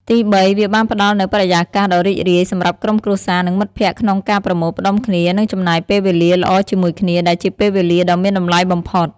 ទីបី វាបានផ្តល់នូវ បរិយាកាសដ៏រីករាយ សម្រាប់ក្រុមគ្រួសារ និងមិត្តភក្តិក្នុងការប្រមូលផ្តុំគ្នានិងចំណាយពេលវេលាល្អជាមួយគ្នា ដែលជាពេលវេលាដ៏មានតម្លៃបំផុត។